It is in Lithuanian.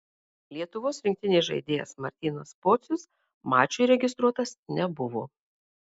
lietuvos rinktinės žaidėjas martynas pocius mačui registruotas nebuvo